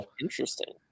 Interesting